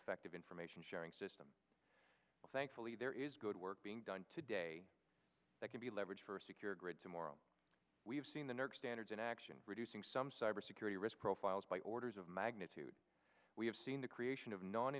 effective information sharing system thankfully there is good work being done today that can be leveraged for a secure grid to morrow we've seen the next standards in action reducing some cybersecurity risk profiles by orders of magnitude we have seen the creation of no